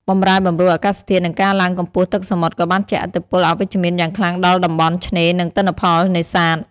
បម្រែបម្រួលអាកាសធាតុ និងការឡើងកម្ពស់ទឹកសមុទ្រក៏បានជះឥទ្ធិពលអវិជ្ជមានយ៉ាងខ្លាំងដល់តំបន់ឆ្នេរ និងទិន្នផលនេសាទ។